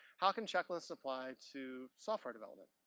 how can checklists apply to software development?